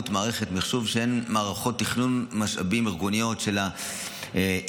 מערכות מחשוב שהן מערכות תכנון משאבים ארגוניות של ה-ERP,